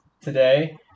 today